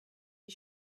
you